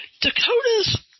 Dakota's